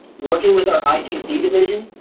working with our itc division,